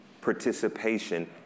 participation